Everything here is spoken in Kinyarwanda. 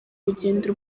rugendo